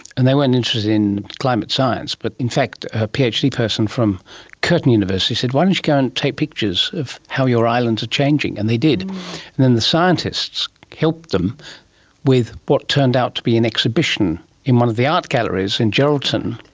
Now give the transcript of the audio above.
and they weren't interested in climate science, but in fact a phd person from curtin university said why don't you go and take pictures of how your islands are changing, and they did. did. and then the scientists helped them with what turned out to be an exhibition in one of the art galleries in geraldton,